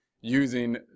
using